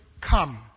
Come